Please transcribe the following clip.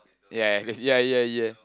ya that's ya ya ya